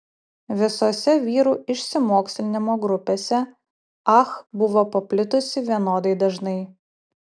visose vyrų išsimokslinimo grupėse ah buvo paplitusi vienodai dažnai